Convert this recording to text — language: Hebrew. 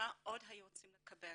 מה עוד היו רוצים לקבל,